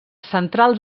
central